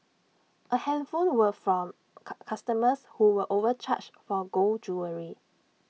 A handful were from customers who were overcharged for gold jewellery